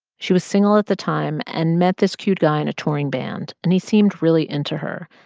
she was single at the time and met this cute guy in a touring band, and he seemed really into her.